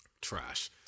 Trash